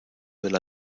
del